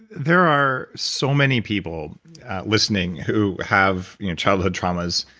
there are so many people listening who have you know childhood traumas.